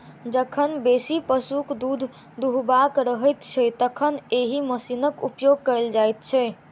जखन बेसी पशुक दूध दूहबाक रहैत छै, तखन एहि मशीनक उपयोग कयल जाइत छै